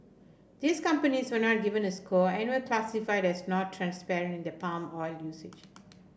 these companies were not given a score and were classified as not transparent in their palm oil usage